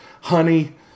honey